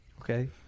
okay